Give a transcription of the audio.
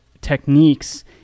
techniques